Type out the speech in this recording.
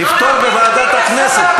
נפתור בוועדת הכנסת.